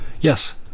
Yes